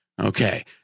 Okay